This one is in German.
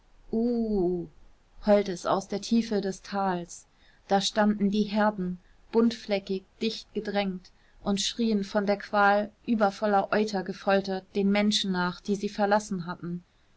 heulte es aus der tiefe des tals da standen die herden buntfleckig dicht gedrängt und schrien von der qual übervoller euter gefoltert den menschen nach die sie verlassen hatten